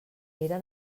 era